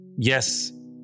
Yes